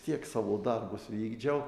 tiek savo darbus vykdžiau